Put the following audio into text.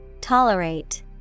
Tolerate